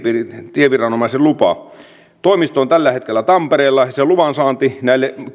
tieviranomaisen lupa toimisto on tällä hetkellä tampereella sen luvan saanti näille